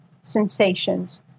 sensations